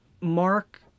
Mark